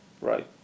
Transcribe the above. right